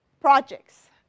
projects